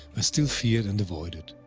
still feared and avoided.